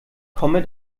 komme